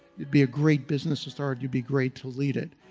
you'd be a great business to start, you'd be great to lead it.